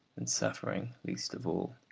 and suffering least of all.